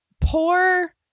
poor